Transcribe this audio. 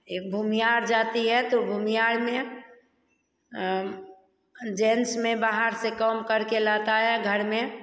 एक भुमियार जाति है तो भुमियार में जेन्स में बाहर से काम कर के लाता है घर में